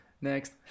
Next